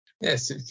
Yes